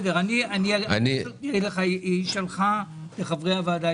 היא שלחה מסמך לחברי הוועדה,